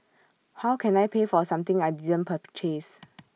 how can I pay for something I didn't purchase